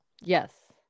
Yes